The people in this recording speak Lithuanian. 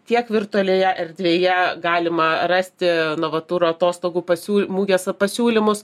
tiek virtualioje erdvėje galima rasti novaturo atostogų pasiū mugės pasiūlymus